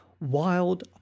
Wild